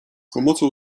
pomocą